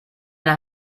nach